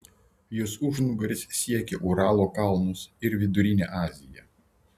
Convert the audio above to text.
jos užnugaris siekia uralo kalnus ir vidurinę aziją